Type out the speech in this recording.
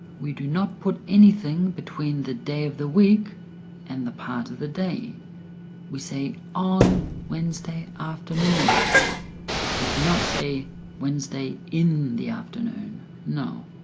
we do not put anything between the day of the week and the part of the day we say on wednesday afternoon we do not say wednesday in the afternoon